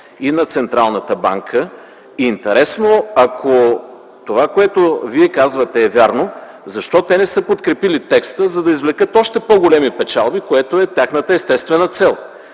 и на Централната банка. Интересно ако това, което Вие казвате, е вярно, защо те не са подкрепили текста, за да извлекат още по големи печалби, което е тяхната естествена цел.